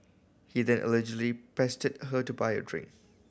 he then allegedly pestered her to buy a drink